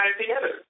together